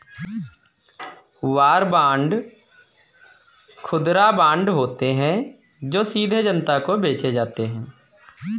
war bond खुदरा bond होते हैं जो सीधे जनता को बेचे जाते हैं